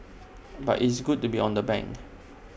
but it's good to be on the bank